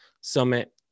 summit